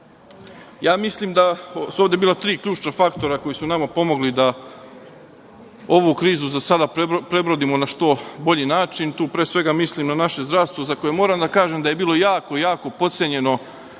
državi. Mislim da su ovde bila tri ključna faktora koja su nama pomogli da ovu krizu za sada prebrodimo na što bolji način. Tu pre svega mislim na naše zdravstvo, a za koje moram da kažem da je bilo jako, jako potcenjeno